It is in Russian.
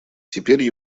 теперь